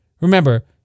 Remember